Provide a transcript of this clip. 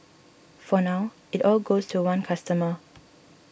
for now it all goes to one customer